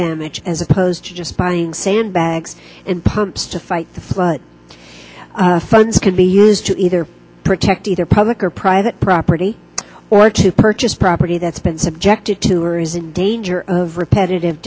damage as opposed to just buying sandbags and pumps to fight the flood of funds could be used to either protect either public or private property or to purchase property that's been subjected to or is in danger of repetitive